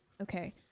Okay